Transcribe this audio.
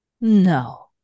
No